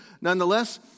nonetheless